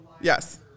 Yes